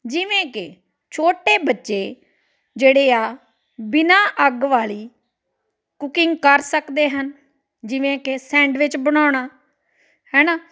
ਜਿਵੇਂ ਕਿ ਛੋਟੇ ਬੱਚੇ ਜਿਹੜੇ ਆ ਬਿਨਾਂ ਅੱਗ ਵਾਲੀ ਕੁਕਿੰਗ ਕਰ ਸਕਦੇ ਹਨ ਜਿਵੇਂ ਕਿ ਸੈਂਡਵਿਚ ਬਣਾਉਣਾ ਹੈ ਨਾ